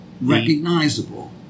Recognizable